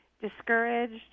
discouraged